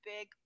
big